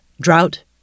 drought